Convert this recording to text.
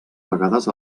vegades